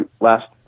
last